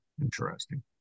Interesting